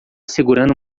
segurando